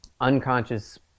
unconscious